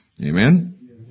Amen